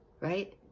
right